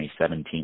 2017